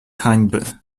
hańby